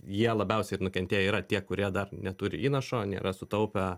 jie labiausiai ir nukentėję yra tie kurie dar neturi įnašo nėra sutaupę